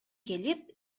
келип